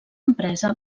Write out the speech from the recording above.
empresa